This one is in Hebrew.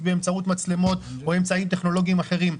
באמצעות מצלמות או אמצעים טכנולוגיים אחרים.